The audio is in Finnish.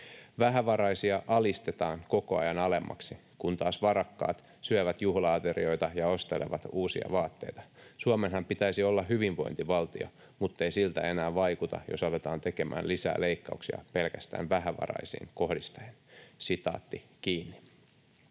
Vähävaraisia alistetaan koko ajan alemmaksi, kun taas varakkaat syövät juhla-aterioita ja ostelevat uusia vaatteita. Suomenhan pitäisi olla hyvinvointivaltio, muttei siltä enää vaikuta, jos aletaan tekemään lisää leikkauksia pelkästään vähävaraisiin kohdistaen.” ”Olen